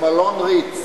במלון "ריץ".